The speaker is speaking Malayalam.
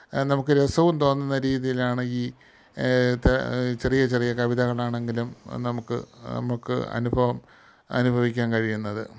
നമുക്ക് രസവും തോന്നുന്ന രീതീലാണ് ഈ ച് ചെറിയ ചെറിയ കവിതകളാണെങ്കിലും നമുക്ക് നമുക്ക് അനുഭവം അനുഭവിക്കാൻ കഴിയുന്നത്